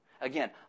Again